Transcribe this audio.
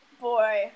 Boy